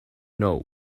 know